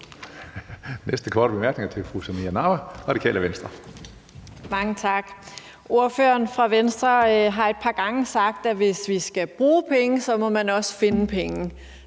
næste korte bemærkning er til fru Samira Nawa, Radikale Venstre. Kl. 13:34 Samira Nawa (RV): Mange tak. Ordføreren fra Venstre har et par gange sagt, at hvis vi skal bruge penge, må man også finde penge.